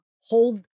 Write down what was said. hold